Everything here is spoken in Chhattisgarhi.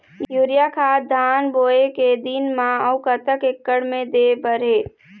यूरिया खाद धान बोवे के दिन म अऊ कतक एकड़ मे दे बर हे?